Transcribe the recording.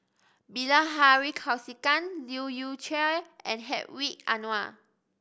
Bilahari Kausikan Leu Yew Chye and Hedwig Anuar